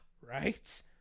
right